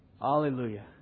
Hallelujah